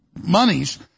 monies